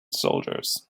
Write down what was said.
soldiers